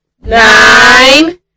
nine